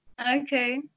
Okay